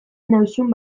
nauzun